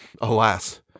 Alas